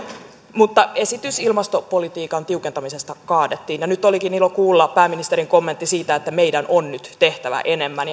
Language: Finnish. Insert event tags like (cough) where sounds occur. mutta esitys ilmastopolitiikan tiukentamisesta kaadettiin ja nyt olikin ilo kuulla pääministerin kommentti siitä että meidän on nyt tehtävä enemmän (unintelligible)